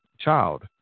child